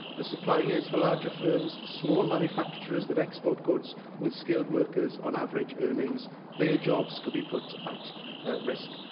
the suppliers for larger firms, small manufacturers that export goods with skilled workers on average earnings their jobs could be put at at risk.